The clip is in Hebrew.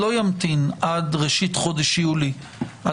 הסיפור הזה לא ימתין עד ראשית חודש יולי 2022,